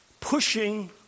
pushing